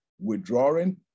withdrawing